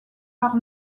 par